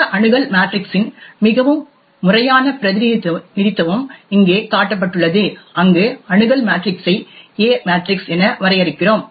இந்த அணுகல் மேட்ரிக்ஸின் மிகவும் முறையான பிரதிநிதித்துவம் இங்கே காட்டப்பட்டுள்ளது அங்கு அணுகல் மேட்ரிக்ஸை A மேட்ரிக்ஸ் என வரையறுக்கிறோம்